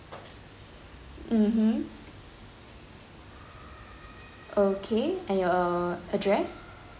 mmhmm okay and your address